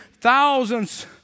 Thousands